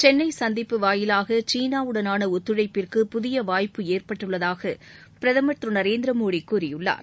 சென்னை சந்திப்பு வாயிலாக சீனாவுடனான ஒத்துழைப்பிற்கு புதிய வாய்ப்பு ஏற்பட்டுள்ளதாக பிரதம் திரு நரேந்திர மோடி கூறியுள்ளார்